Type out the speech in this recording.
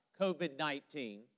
COVID-19